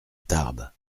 tarbes